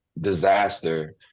disaster